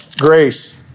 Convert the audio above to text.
grace